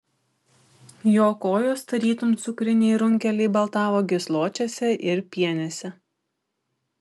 jo kojos tarytum cukriniai runkeliai baltavo gysločiuose ir pienėse